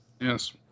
Yes